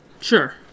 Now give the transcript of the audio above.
Sure